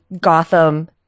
Gotham